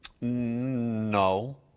No